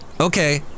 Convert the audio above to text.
Okay